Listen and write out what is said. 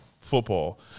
football